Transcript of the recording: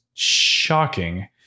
shocking